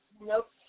Nope